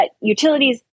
utilities